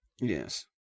Yes